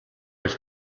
his